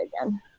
again